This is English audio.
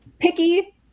picky